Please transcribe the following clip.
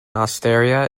osteria